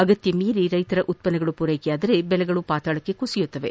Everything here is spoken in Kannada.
ಅಗತ್ಯ ಮೀರಿ ರೈತರ ಉತ್ಪನ್ನಗಳು ಪೂರೈಕೆಯಾದರೆ ಬೆಲೆಗಳು ಪಾತಾಳಕ್ಕೆ ಕುಸಿಯುತ್ತವೆ